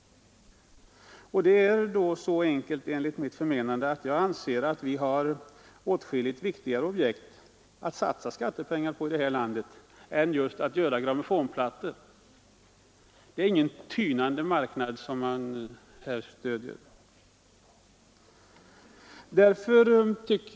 Jag anser att det finns åtskilliga viktigare objekt i detta land att satsa skattepengar på än att göra grammofonskivor. Det är ingen tynande marknad som här stöds.